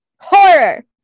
horror